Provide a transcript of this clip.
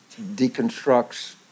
deconstructs